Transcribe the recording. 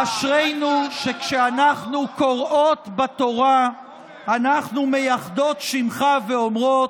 אשרינו שכשאנחנו קוראות בתורה אנחנו מייחדות שמך ואומרות: